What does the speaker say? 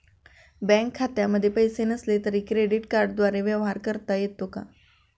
Bank खात्यामध्ये पैसे नसले तरी क्रेडिट कार्डद्वारे व्यवहार करता येतो का?